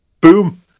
boom